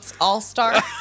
All-Star